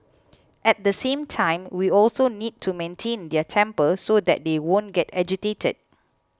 at the same time we also need to maintain their temper so that they won't get agitated